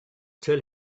tell